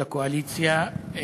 לקואליציה,